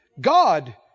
God